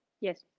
yes